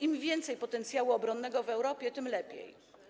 Im więcej potencjału obronnego w Europie, tym lepiej.